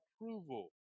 approval